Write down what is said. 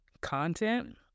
content